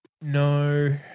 No